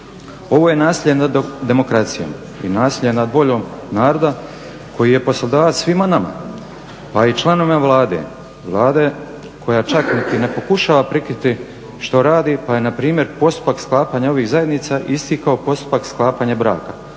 Ovo je nasilje nad demokracijom i nasilje nad voljom naroda koji je poslodavac svima nama, pa i članovima Vlade, Vlade koja čak niti ne pokušava prikriti što radi pa je npr. postupak sklapanja ovih zajednica isti kao postupak sklapanja braka,